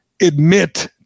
admit